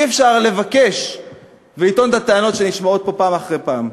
אי-אפשר לבקש ולטעון את הטענות שנשמעות פה פעם אחר פעם.